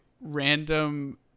random